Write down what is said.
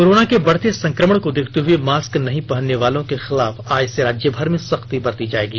corona के बढ़ते संक्रमण को देखते हए मास्क नहीं पहनने वालों के खिलाफ आज से राज्यभर में सख्ती बरती जायेगी